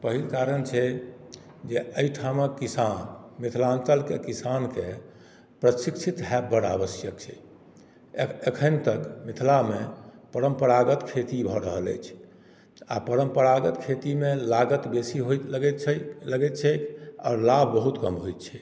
पहिल कारण छै जे अइ ठामक किसान मिथिलाञ्चलके किसानके प्रशिक्षित हैब बड्ड आवश्यक छै एखने तक मिथिलामे परम्परागत खेती भऽ रहल अछि आओर परम्परागत खेतीमे लागत बेसी होइ लगय छै लगय छै आओर लाभ बहुत कम होइ छै